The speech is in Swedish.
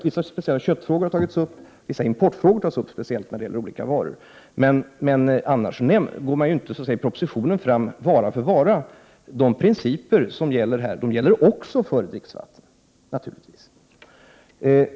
Vissa speciella köttfrågor har tagits upp i ett eget kapitel. Detsamma gäller vissa importfrågor. Men i propositionen finns det alltså inte ett kapitel för varje vara. De principer som gäller i fråga om detta gäller även för dricksvatten.